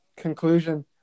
Conclusion